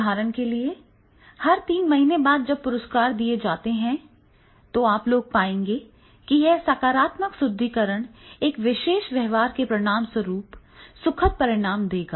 उदाहरण के लिए हर तीन महीने के बाद जब पुरस्कार दिए जाते हैं तो आप पाएंगे कि यह सकारात्मक सुदृढीकरण एक विशेष व्यवहार के परिणामस्वरूप सुखद परिणाम देगा